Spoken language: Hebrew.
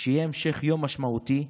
שיהיה המשך יום משמעותי,